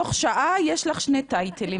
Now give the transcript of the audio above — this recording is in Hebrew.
תוך שעה יש לך שני טייטלים,